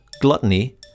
gluttony